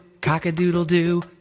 cock-a-doodle-doo